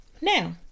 now